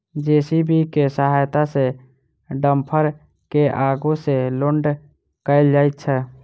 JCB के सहायता सॅ डम्फर के आगू सॅ लोड कयल जाइत छै